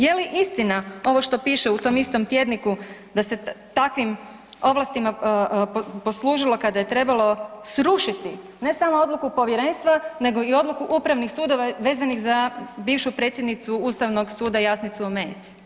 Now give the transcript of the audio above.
Je li istina ovo što piše u tom istom tjedniku da se takvim ovlastima poslužilo kada je trebalo srušiti ne samo odluku povjerenstva nego i odluku upravnih sudova vezanih za bivšu predsjednicu ustavnog suda Jasnicu Omejec?